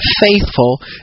faithful